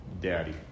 Daddy